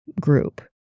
group